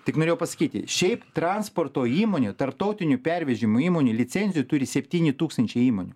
tik norėjau pasakyti šiaip transporto įmonių tarptautinių pervežimų įmonių licencijų turi septyni tūkstančiai įmonių